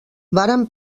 varen